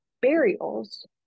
burials